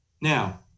Now